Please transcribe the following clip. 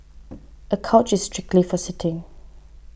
a couch is strictly for sitting